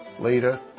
later